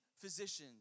physicians